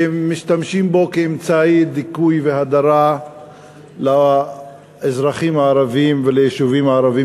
ומשתמשים בו כאמצעי דיכוי והדרה של האזרחים הערבים והיישובים הערביים,